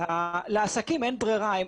לעסקים אין ברירה.